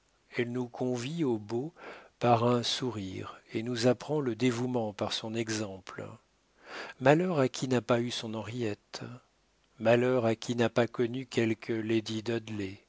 elle nous convie au beau par un sourire et nous apprend le dévouement par son exemple malheur à qui n'a pas eu son henriette malheur à qui n'a pas connu quelque